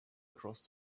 across